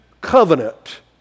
covenant